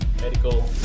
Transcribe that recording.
medical